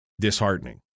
disheartening